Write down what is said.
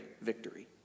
victory